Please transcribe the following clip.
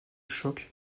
choque